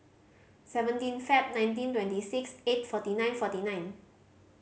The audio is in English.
seventeen Feb nineteen twenty six eight forty nine forty nine